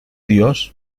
dios